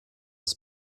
des